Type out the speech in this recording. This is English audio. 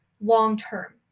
long-term